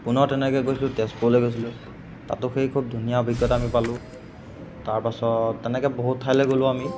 পুনৰ তেনেকৈ গৈছিলো তেজপুৰলৈ গৈছিলো তাতো সেই খুব ধুনীয়া অভিজ্ঞতা আমি পালো তাৰপাছত তেনেকৈ বহুত ঠাইলৈ গ'লো আমি